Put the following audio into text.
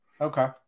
Okay